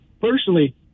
personally